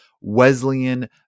Wesleyan